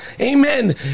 Amen